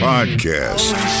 Podcast